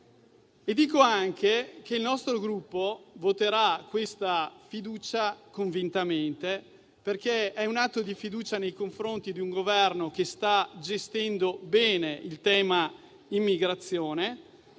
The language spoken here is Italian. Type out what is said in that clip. Dico anche che il nostro Gruppo voterà questa fiducia convintamente, perché è un atto di fiducia nei confronti di un Governo che sta gestendo bene il tema dell'immigrazione.